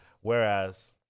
whereas